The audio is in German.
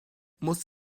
muss